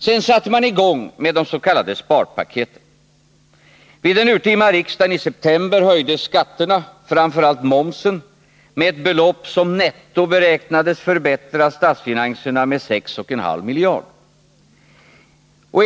Sedan satte man i gång med des.k. sparpaketen. Vid den urtima riksdagen iseptember höjdes skatterna, framför allt momsen, med ett belopp som netto beräknades förbättra statsfinanserna med 6,5 miljarder.